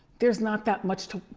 there's not that much to,